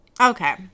okay